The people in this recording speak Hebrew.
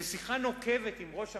בשיחה נוקבת עם ראש הממשלה,